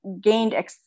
gained